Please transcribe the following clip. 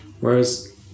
whereas